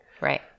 Right